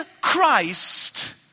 Christ